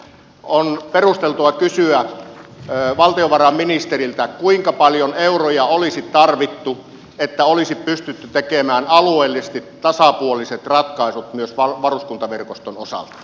on perusteltua kysyä valtiovarainministeriltä kuinka paljon euroja olisi tarvittu että olisi pystytty tekemään alueellisesti tasapuoliset ratkaisut myös varuskuntaverkoston osalta